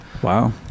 Wow